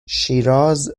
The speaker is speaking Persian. شیراز